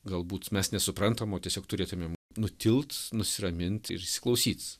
galbūt mes nesuprantam o tiesiog turėtumėm nutilt nusiramint ir įsiklausyt